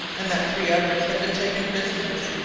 and that three others had been taken prisoners.